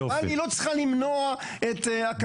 אבל היא לא צריכה למנוע את הקמת התחנות.